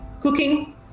cooking